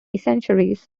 centuries